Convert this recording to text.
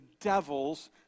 devil's